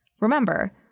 Remember